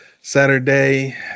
Saturday